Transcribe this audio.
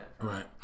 Right